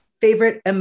Favorite